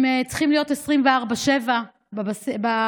הם צריכים להיות 24/7 ביישובים.